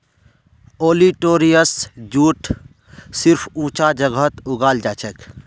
olitorius jute सिर्फ ऊंचा जगहत उगाल जाछेक